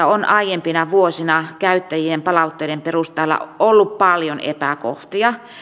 on aiempina vuosina käyttäjien palautteiden perusteella ollut paljon epäkohtia